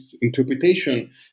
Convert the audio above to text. interpretation